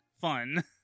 fun